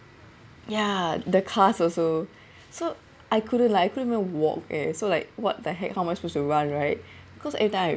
ya the cast also so I couldn't like I couldn't even walk eh so like what the heck how am I supposed to run right cause every time I